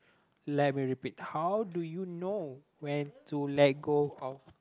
let me repeat how do you know when to let go of